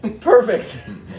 Perfect